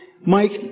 Mike